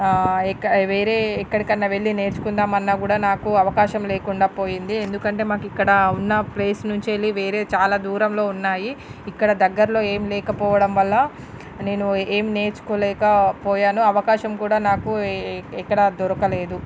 ఇక వేరే ఎక్కడికన్నా వెళ్ళి నేర్చుకుందాం అన్న కూడా నాకు అవకాశం లేకుండా పోయింది ఎందుకంటే మాకు ఇక్కడ ఉన్న ప్లేస్ నుంచి వెళ్ళి వేరే చాలా దూరంలో ఉన్నాయి ఇక్కడ దగ్గరలో ఏం లేకపోవడం వల్ల నేను ఏం నేర్చుకోలేకపోయాను అవకాశం కూడా నాకు ఇ ఇక్కడ దొరకలేదు